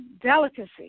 delicacy